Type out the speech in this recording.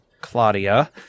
Claudia